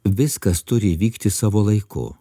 viskas turi vykti savo laiku